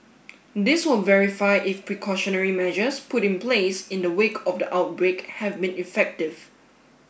this will verify if precautionary measures put in place in the wake of the outbreak have been effective